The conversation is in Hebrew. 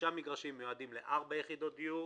חמישה מגרשים מיועדים לארבע יחידות דיור,